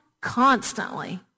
constantly